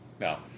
Now